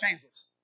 changes